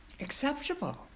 acceptable